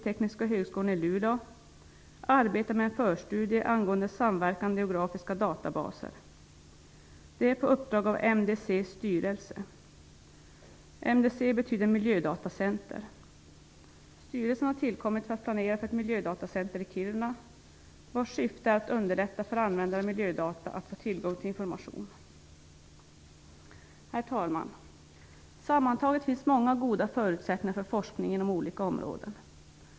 Tekniska högskolan i Luleå arbetar med en förstudie angående samverkande geografiska databaser på uppdrag av MDC:s styrelse. MDC betyder miljödatacenter. Styrelsen har tillkommit för att planera för ett miljödatacenter i Kiruna, vars syfte är att underlätta för användare av miljödata att få tillgång till information. Herr talman! Sammantaget finns många goda förutsättningar för forskning inom olika områden.